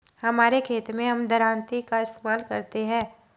हमारे खेत मैं हम दरांती का इस्तेमाल करते हैं